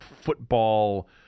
football